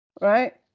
Right